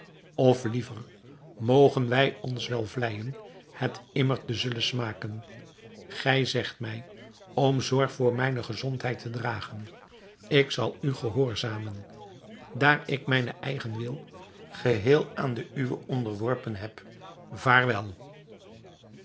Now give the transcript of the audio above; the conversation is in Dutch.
liever mogen wij ons wel vleijen het immer te zullen smaken gij zegt mij om zorg voor mijne gezondheid te dragen ik zal u gehoorzamen daar ik mijn eigen wil geheel aan den uwen onderworpen heb vaarwel